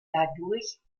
dadurch